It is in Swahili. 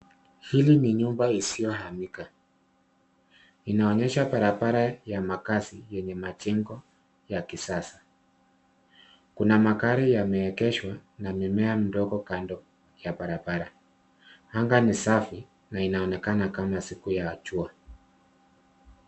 Hili ni nyumba isiohamika inaonyesha barabara ya makazi yenye majengo ya kisasa. Kuna magari yameegeshwa na mimea midogo kando ya barabara. Anga ni safi na inaonekana kama siku ya jua.